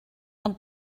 ond